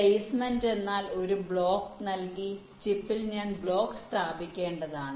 placement എന്നാൽ ഒരു block നൽകി ചിപ്പിൽ ഞാൻ ബ്ലോക്ക് സ്ഥാപിക്കേണ്ടതാണ്